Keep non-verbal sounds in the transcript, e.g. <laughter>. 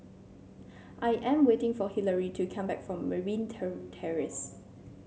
I am waiting for Hillary to come back from Merryn <unintelligible> Terrace